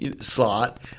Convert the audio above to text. slot